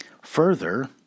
Further